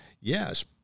Yes